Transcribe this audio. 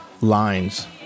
lines